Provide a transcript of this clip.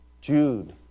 Jude